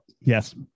Yes